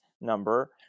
number